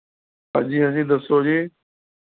ਹਾਂਜੀ ਹਾਂਜੀ ਦੱਸੋ ਜੀ